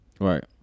Right